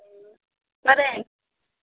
ᱚᱠᱟᱨᱮ